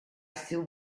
still